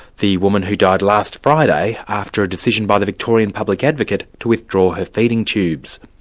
the woman who died last friday after a decision by the victorian public advocate to withdraw her feeding tubes.